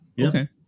Okay